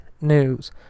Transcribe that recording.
news